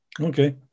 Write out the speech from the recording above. Okay